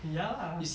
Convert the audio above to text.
ya